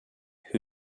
who